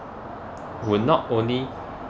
will not only